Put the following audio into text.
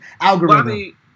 Algorithm